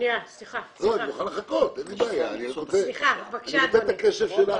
מאחר ואני יודע כמה את חברת כנסת פרקטית,